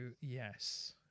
yes